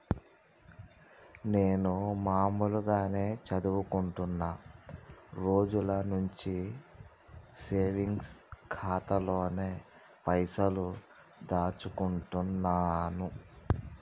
నేను మామూలుగానే చదువుకుంటున్న రోజుల నుంచి సేవింగ్స్ ఖాతాలోనే పైసలు దాచుకుంటున్నాను